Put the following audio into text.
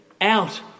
out